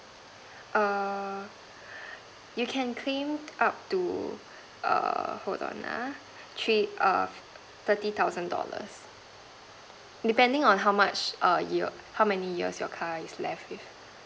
err you can claim up to err hold on uh three err thirty thousand dollars depending on how much err year how many years your car is left with